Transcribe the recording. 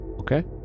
Okay